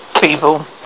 people